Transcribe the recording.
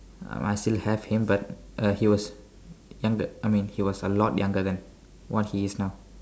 um I still have him but uh he was younger I mean he was a lot younger than what he is now